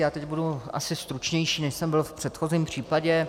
Já teď budu asi stručnější, než jsem byl v předchozím případě.